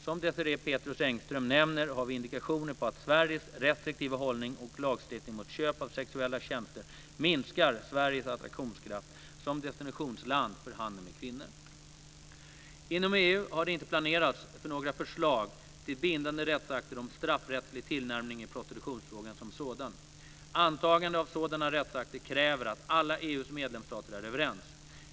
Som Désirée Pethrus Engström nämner har vi indikationer på att Sveriges restriktiva hållning och lagstiftning mot köp av sexuella tjänster minskar Sveriges attraktionskraft som destinationsland för handeln med kvinnor. Inom EU har det inte planerats för några förslag till bindande rättsakter om straffrättslig tillnärmning i prostitutionsfrågan som sådan. Antagande av sådana rättsakter kräver att alla EU:s medlemsstater är överens.